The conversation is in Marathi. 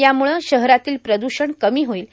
यामुळे शहरातील प्रदूषण कमी होईल